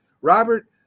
Robert